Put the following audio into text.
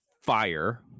fire